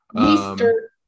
Easter